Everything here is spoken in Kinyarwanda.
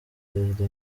perezida